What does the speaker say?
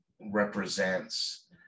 represents